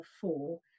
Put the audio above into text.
four